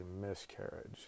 miscarriage